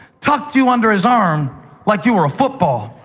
tucked you under his arm like you were a football,